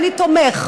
אני תומך.